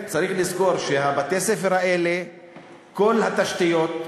צריך לזכור שבבתי-הספר האלה כל התשתיות,